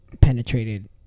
penetrated